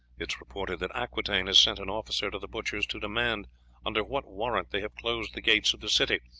it is reported that aquitaine has sent an officer to the butchers to demand under what warrant they have closed the gates of the city,